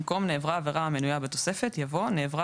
במקום "נעברה עבירה המנויה בתוספת" יבוא "נעברה